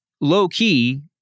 low-key